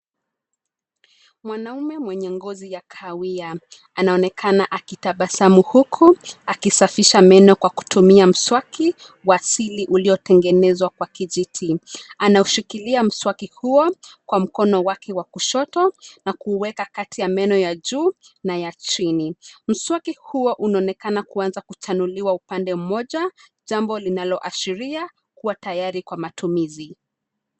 Mwanaume mwenye ngozi ya kahawia. Anaonekana akitabasamu huku akisafisha meno kwa kutumia mswaki wa asili uliotengenezwa kwa kijiti. Anaushikilia mswaki huo kwa mkono wake wa kushoto, na kuuweka kati ya meno ya juu na ya chini. Mswaki huo unaonekana kuanza kuchanuliwa upande mmoja, jambo linaloashiria kuwa tayari kwa matumizi.